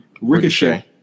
Ricochet